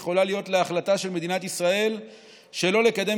יכולה להיות להחלטה של מדינת ישראל שלא לקדם